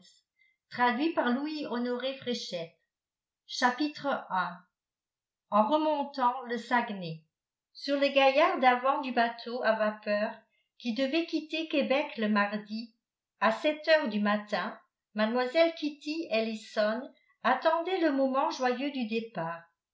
i en remontant le saguenay sur le gaillard d'avant du bateau à vapeur qui devait quitter québec le mardi à sept heures du matin mlle kitty ellison attendait le moment joyeux du départ